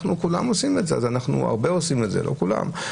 הרבה עושים את זה, לא כולם.